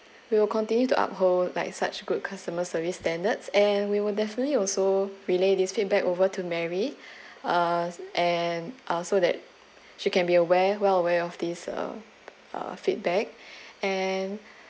we will continue to uphold like such good customer service standards and we will definitely also relay this feedback over to mary uh and uh so that she can be aware well aware of this uh uh feedback and